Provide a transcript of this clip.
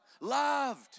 Loved